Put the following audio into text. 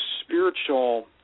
spiritual